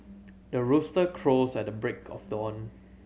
the rooster crows at the break of dawn